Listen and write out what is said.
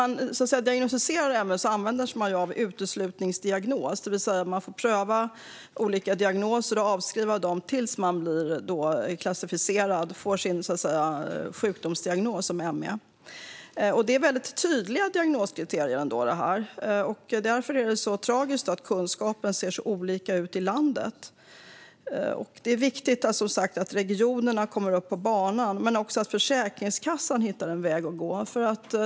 När man diagnostiserar ME använder man sig av uteslutningsdiagnos, det vill säga man prövar olika diagnoser och avskriver dem tills man kommer fram till sjukdomsdiagnosen ME. Det är ändå väldigt tydliga diagnoskriterier, och därför är det tragiskt att kunskapen ser så olika ut i landet. Det är viktigt att regionerna kommer upp på banan men också att Försäkringskassan hittar en väg att gå.